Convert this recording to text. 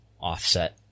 offset